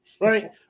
right